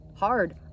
Hard